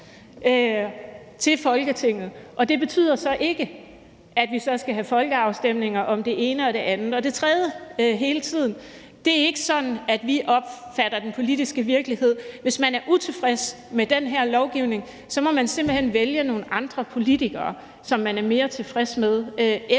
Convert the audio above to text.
til Folketinget. Og det betyder så ikke, at vi så skal have folkeafstemninger om det ene og det andet og det tredje hele tiden. Det er ikke sådan, vi opfatter den politiske virkelighed. Hvis man er utilfreds med den her lovgivning, må man simpelt hen vælge nogle andre politikere, som man er mere tilfreds med, til